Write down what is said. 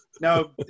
now